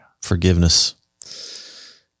forgiveness